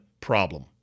problem